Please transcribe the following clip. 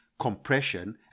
compression